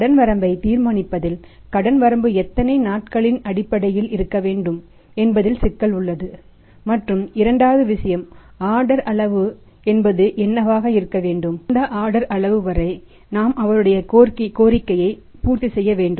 கடன் வரம்பைத் தீர்மானிப்பதில் கடன்வரம்பு எத்தனை நாட்களின் அடிப்படையில் இருக்க வேண்டும் என்பதில் சிக்கல் உள்ளது மற்றும் இரண்டாவது விஷயம் ஆர்டர் அளவு என்பது என்னவாக இருக்க வேண்டும் எந்த ஆர்டர் அளவு வரை நாம் அவருடைய கோரிக்கையை பூர்த்தி செய்ய வேண்டும்